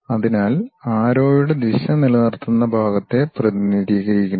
അതിനാൽ ആരോയുടെ ദിശ നിലനിർത്തുന്ന ഭാഗത്തെ പ്രതിനിധീകരിക്കുന്നു